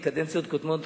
בקדנציות קודמות,